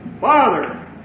Father